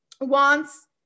wants